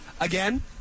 Again